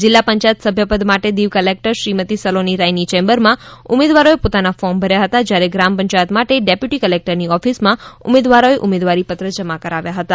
જીલ્લા પંચાયત સભ્યપદ માટે દીવ કલેકટર શ્રીમતી સલોની રાયની ચેમ્બરમાં ઉમેદવારોએ પોતાના ફોર્મ ભર્યા હતાં જ્યારે ગ્રામ પંચાયત માટે ડેપ્યુટી કલેકટરની ઓફિસમાં ઉમેદવારોએ ઉમેદવારી પત્ર જમા કરાવ્યા હતાં